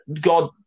God